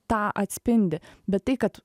tą atspindi bet tai kad